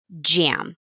Jam